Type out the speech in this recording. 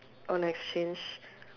on exchange